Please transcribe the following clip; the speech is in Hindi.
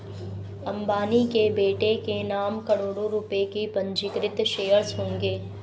अंबानी के बेटे के नाम करोड़ों रुपए के पंजीकृत शेयर्स होंगे